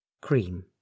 cream